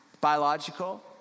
biological